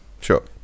Sure